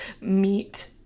meet